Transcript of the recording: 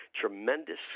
tremendous